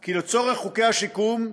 כי לצורך חוקי השיקום,